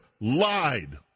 lied